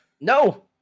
no